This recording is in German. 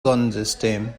sonnensystem